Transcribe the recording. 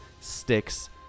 sticks